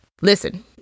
Listen